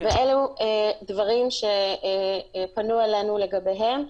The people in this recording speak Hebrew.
אלו דברים שפנו אלינו לגביהם.